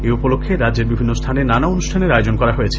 এই উপলক্ষ্যে রাজ্যের বিভিন্ন স্হানে নানা অনুষ্ঠানের আয়োজন করা হয়েছে